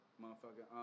motherfucker